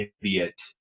idiot